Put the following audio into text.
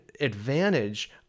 advantage